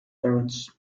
parents